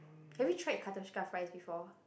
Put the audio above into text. have you tried katoshka fries before